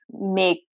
make